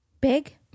Big